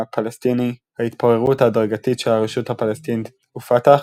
ההתפוררות ההדרגתית של הרשות הפלסטינית ופת"ח,